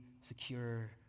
secure